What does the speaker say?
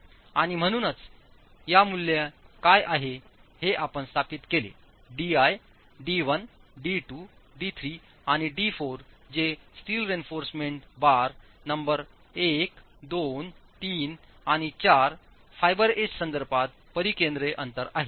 आणि म्हणूनच या मूल्ये काय आहेत हे आपण स्थापित केले di d1 d2 d3 आणि d4 जेस्टील रेइन्फॉर्समेंटचे बार नंबर 1 2 3 आणि 4 फायबर एज संदर्भातपरिकेंद्र अंतर आहे